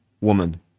woman